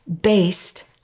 based